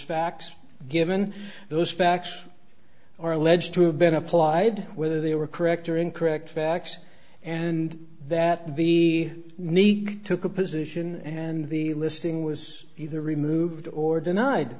facts given those facts or alleged to have been applied whether they were correct or incorrect facts and that would be neat took a position and the listing was either removed or denied